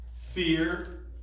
fear